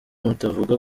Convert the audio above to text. mutavuga